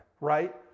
right